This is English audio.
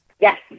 Yes